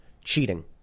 cheating